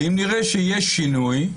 ואם נראה שיש שינוי,